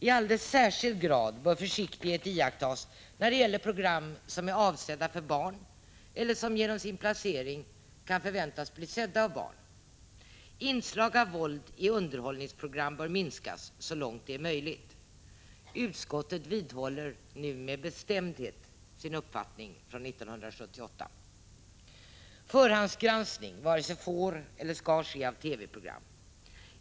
I alldeles särskild grad bör försiktighet iakttas i fråga om program som är avsedda för barn eller som genom sin placering kan förväntas bli sedda av barn. Inslag av våld i underhållningsprogram bör minskas så långt det är möjligt. Utskottet vidhåller med bestämdhet sin uppfattning från 1978. Förhandsgranskning av TV-program varken får eller skall ske.